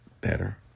better